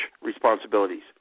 responsibilities